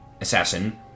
assassin